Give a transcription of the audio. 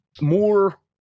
more